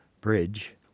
Bridge